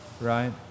right